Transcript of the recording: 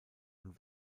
und